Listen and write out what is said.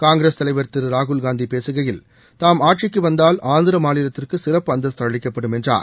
காங்கிரஸ் தலைவர் திரு ராகுல் காந்தி பேசுகையில் தாம் ஆட்சிக்கு வந்தால் ஆந்திர மாநிலத்திற்கு சிறப்பு அந்தஸ்து அளிக்கப்படும் என்றார்